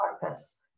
purpose